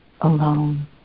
alone